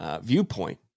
viewpoint